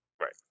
Right